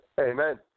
Amen